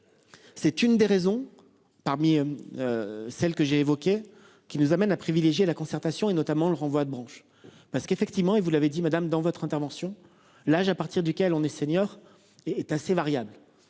C'est une des raisons parmi. Celles que j'ai évoquées qui nous amène à privilégier la concertation et notamment le renvoi de branche parce qu'effectivement, et vous l'avez dit Madame dans votre intervention l'âge à partir duquel on est senior. Est assez variable.